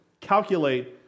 calculate